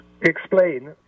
explain